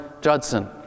Judson